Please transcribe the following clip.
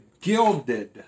Gilded